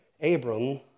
Abram